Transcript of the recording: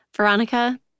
Veronica